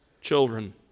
children